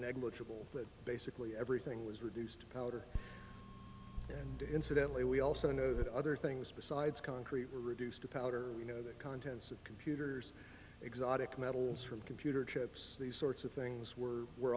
negligible that basically everything was reduced to powder and incidentally we also know that other things besides concrete were reduced to powder you know the contents of computers exotic metals from computer chips these sorts of things were were